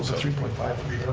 three point five